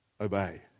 obey